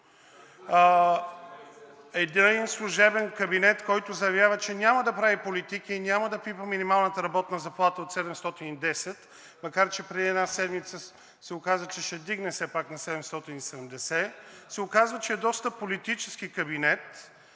Един служебен кабинет, който заявява, че няма да прави политики и няма да пипа минималната работна заплата от 710 лв., макар че преди една седмица се оказа, че ще вдигне все пак на 770 лв., се оказва, че е доста политически кабинет